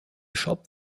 shop